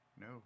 No